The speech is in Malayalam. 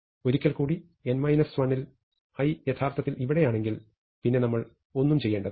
ഒരിക്കൽ കൂടി n 1 ൽ i യഥാർത്ഥത്തിൽ ഇവിടെയാണെങ്കിൽ പിന്നെ നമ്മൾ ഒന്നും ചെയ്യേണ്ടതില്ല